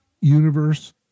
universe